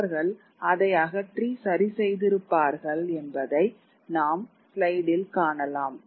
அவர்கள் அதை அகற்றி சரிசெய்திருப்பார்கள் என்பதை நாம் ஸ்லைடில் காணலாம்